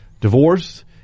divorce